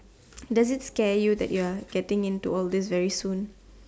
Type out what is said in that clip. does it scare you that you're getting into all these very soon